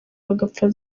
bagapfa